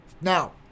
Now